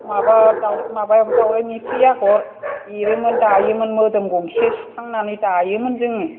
माबा माबायाबो दावराय मोख्रेब आगर एरोमोन दायोमोन मोदोम गंसे सुखांनानै दायोमोन जोङो